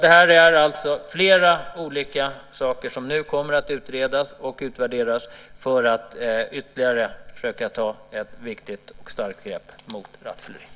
Det är alltså flera olika saker som nu kommer att utredas och utvärderas för att vi ytterligare ska försöka ta ett viktigt och starkt grepp mot rattfylleri.